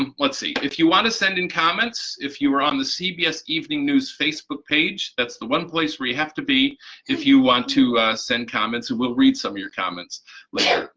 um let's see. if you want to send in comments if you were on the cbs evening news facebook page, that's the one place where you have to be if you want to send comments. we will read some of your comments later.